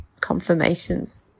confirmations